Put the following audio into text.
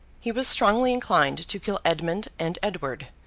he was strongly inclined to kill edmund and edward,